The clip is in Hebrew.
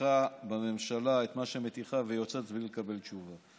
מטיחה בממשלה את מה שמטיחה ויוצאת בלי לקבל תשובה.